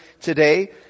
today